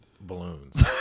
balloons